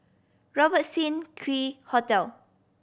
Robertson Quay Hotel